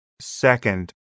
second